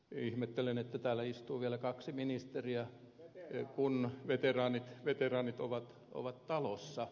ihmettelen että täällä istuu vielä kaksi ministeriä kun veteraanit ovat talossa